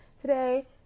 Today